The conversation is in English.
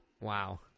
Wow